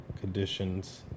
conditions